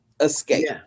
escape